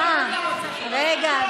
רגע.